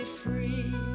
free